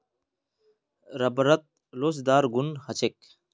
रबरत लोचदार गुण ह छेक